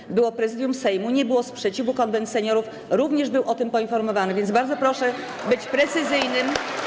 Było posiedzenie Prezydium Sejmu, nie było sprzeciwu, Konwent Seniorów również był o tym poinformowany, więc bardzo proszę być precyzyjnym.